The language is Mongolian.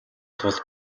тулд